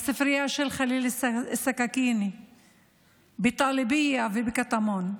הספרייה של ח'ליל אל-סכאכיני בטלביה ובקטמון.